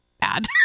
bad